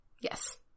Yes